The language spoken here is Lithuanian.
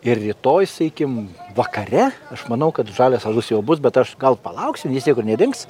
ir rytoj sakykim vakare aš manau kad žalias alus jau bus bet aš gal palauksiu niekur nedings